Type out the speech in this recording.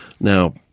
Now